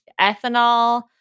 ethanol